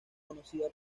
conocida